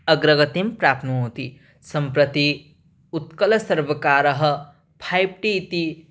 अग्रगतिं प्राप्नोति सम्प्रति उत्कलसर्वकारः फैव् टि इति